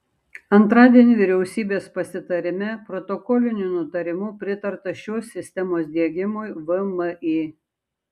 antradienį vyriausybės pasitarime protokoliniu nutarimu pritarta šios sistemos diegimui vmi